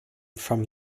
from